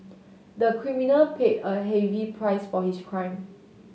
the criminal paid a heavy price for his crime